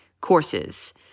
courses